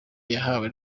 yahawe